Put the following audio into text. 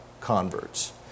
converts